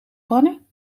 pannen